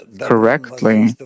correctly